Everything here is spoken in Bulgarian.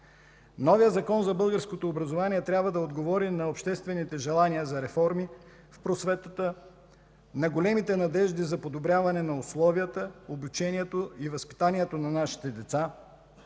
Новият Закон за българското образование трябва да отговори на обществените желания за реформи в просветата, на големите надежди за подобряване на условията, обучението и възпитанието на нашите деца,